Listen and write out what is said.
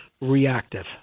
reactive